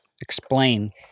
explain